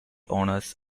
owners